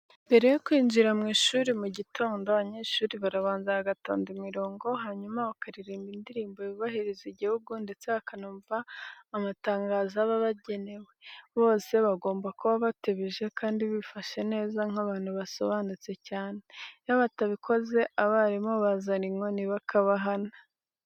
Mbere yo kwinjira mu ishuri mu gitondo abanyeshuri barabanza bagatonda imirongo hanyuma bakaririmba indirimbo yubahiriza igihugu ndetse bakabanza bakanumva amatangazo aba abagenewe. Bose bagomba kuba batebeje kandi bifashe neza nk'abantu basobanutse cyane. Iyo batabikoze abarimu bazana inkoni bakabahana.